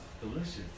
delicious